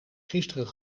gisteren